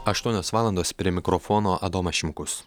aštuonios valandos prie mikrofono adomas šimkus